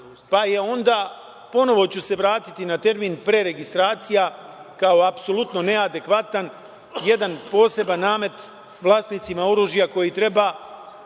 pa je onda, ponovo ću se vratiti na termin preregistracija kao apsolutno neadekvatan, jedan poseban namet vlasnicima oružja koji treba